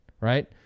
right